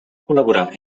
col·laborar